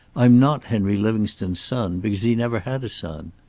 i'm not henry livingstone's son, because he never had a son.